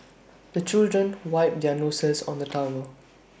the children wipe their noses on the towel